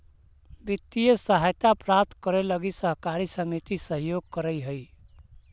वित्तीय सहायता प्राप्त करे लगी सहकारी समिति सहयोग करऽ हइ